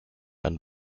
and